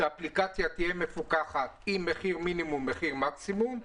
שהאפליקציה תהיה מפוקחת עם מחיר מינימום ומחיר מקסימום,